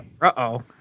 uh-oh